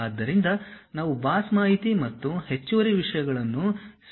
ಆದ್ದರಿಂದ ನಾವು ಬಾಸ್ ಮಾಹಿತಿ ಮತ್ತು ಹೆಚ್ಚುವರಿ ವಿಷಯಗಳನ್ನು ಸೇರಿಸಲು ಹೊರಟಿದ್ದೇವೆ